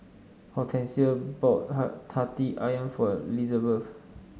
Hortensia bought hati ayam for Lizabeth